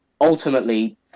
ultimately